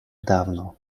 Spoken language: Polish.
dawno